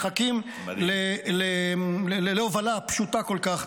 מחכים להובלה פשוטה כל כך.